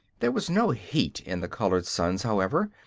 there was no heat in the colored suns, however,